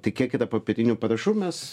tai kiek yra popierinių parašų mes